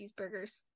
cheeseburgers